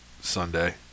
Sunday